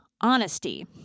honesty